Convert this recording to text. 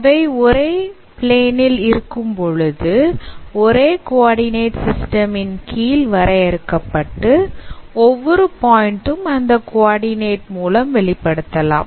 அவை ஒரே பிளேன் ல் இருக்கும்போது ஒரே குவடிநெட் சிஸ்டம் இன் கீழ் வரையறுக்கப்பட்டு ஒவ்வொரு பாயிண்ட் ம் அந்த coordinate மூலம் வெளிப்படுத்தலாம்